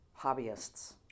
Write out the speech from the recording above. hobbyists